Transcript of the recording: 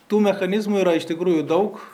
tų mechanizmų yra iš tikrųjų daug